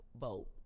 vote